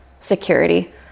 security